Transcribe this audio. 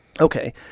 Okay